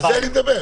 על זה אני מדבר.